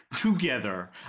together